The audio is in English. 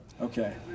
Okay